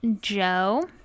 joe